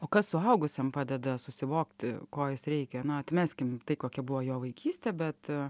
o kas suaugusiam padeda susivokti ko jis reikia na atmeskim tai kokia buvo jo vaikystė bet